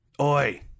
Oi